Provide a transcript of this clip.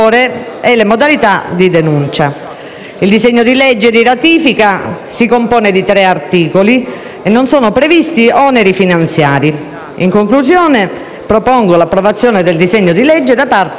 Il disegno di legge di ratifica in esame si compone di tre articoli. Non sono previsti oneri finanziari. In conclusione, propongo l'approvazione del disegno di legge da parte dell'Assemblea.